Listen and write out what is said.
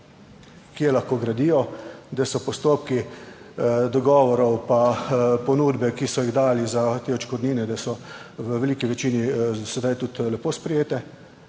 kje lahko gradijo, da so postopki dogovorov pa ponudbe, ki so jih dali za te odškodnine, da so v veliki večini sedaj tudi lepo sprejete.